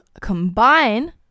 combine